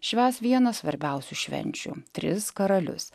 švęs vieną svarbiausių švenčių tris karalius